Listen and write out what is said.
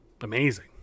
amazing